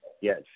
Yes